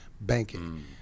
banking